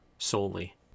Solely